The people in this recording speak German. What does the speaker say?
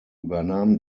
übernahm